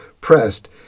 pressed